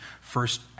first